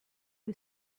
who